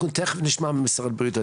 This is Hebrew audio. אנחנו תיכף נשמע ממשרד הבריאות.